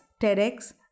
TEDx